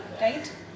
right